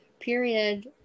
period